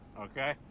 Okay